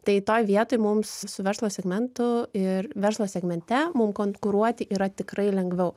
tai toj vietoj mums su verslo segmentu ir verslo segmente mum konkuruoti yra tikrai lengviau